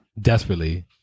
desperately